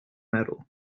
medal